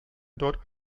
dort